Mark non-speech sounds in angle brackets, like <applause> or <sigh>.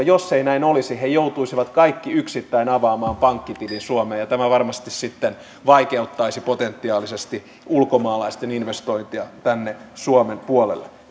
<unintelligible> jos ei näin olisi he joutuisivat kaikki yksittäin avaamaan pankkitilin suomeen ja tämä varmasti sitten vaikeuttaisi potentiaalisesti ulkomaalaisten investointia tänne suomen puolelle